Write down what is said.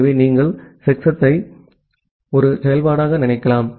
எனவே நீங்கள் செக்சத்தை ஒரு செயல்பாடாக நினைக்கலாம்